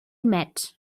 mat